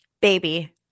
Baby